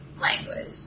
language